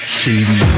Shady